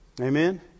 Amen